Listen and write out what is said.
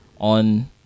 on